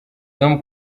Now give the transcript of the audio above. tom